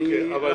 אני בעד